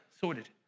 Sorted